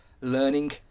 learning